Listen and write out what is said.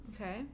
Okay